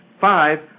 Five